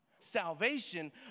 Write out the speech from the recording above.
salvation